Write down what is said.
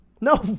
no